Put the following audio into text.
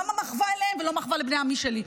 למה מחווה להם ולא מחווה לבני עמי שלי?